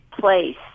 place